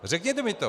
Řekněte mi to.